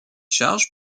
charge